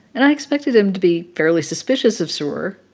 and i expected him to be fairly suspicious of sroor.